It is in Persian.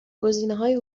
گزینههای